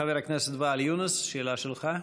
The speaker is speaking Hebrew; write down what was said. חבר הכנסת ואאל יונס, שאלה שלך.